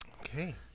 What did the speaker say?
Okay